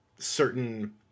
certain